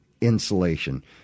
insulation